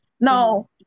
now